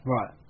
Right